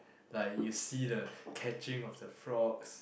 like you see the catching of the frogs